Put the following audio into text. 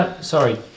Sorry